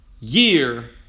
year